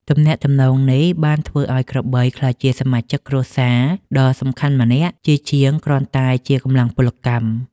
ទំនាក់ទំនងនេះបានធ្វើឱ្យក្របីក្លាយជាសមាជិកគ្រួសារដ៏សំខាន់ម្នាក់ ជាជាងគ្រាន់តែជាកម្លាំងពលកម្ម។